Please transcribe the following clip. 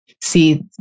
See